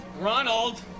Ronald